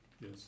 Yes